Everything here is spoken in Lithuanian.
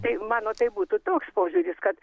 tai mano tai būtų toks požiūris kad